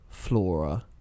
flora